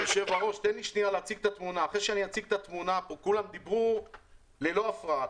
אדוני היושב-ראש, כולם פה דיברו ללא הפרעה.